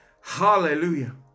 Hallelujah